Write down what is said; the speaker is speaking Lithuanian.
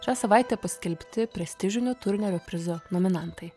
šią savaitę paskelbti prestižinio turnerio prizo nominantai